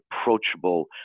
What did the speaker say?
approachable